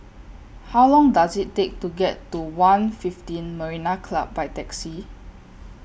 How Long Does IT Take to get to one fifteen Marina Club By Taxi